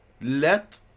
let